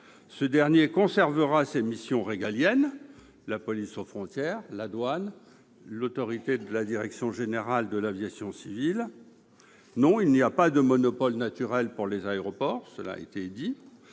Ce dernier conservera ses missions régaliennes, dont la police aux frontières, le contrôle des douanes, l'autorité de la Direction générale de l'aviation civile. Non, il n'y a pas de monopole naturel pour les aéroports franciliens.